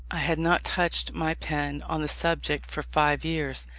i had not touched my pen on the subject for five years,